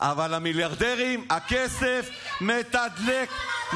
שינקו את הבתים, מה עשית בשביל, תודה רבה,